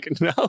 no